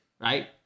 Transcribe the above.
right